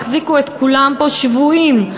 החזיקו את כולם פה שבויים,